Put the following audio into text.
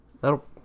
That'll